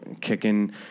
kicking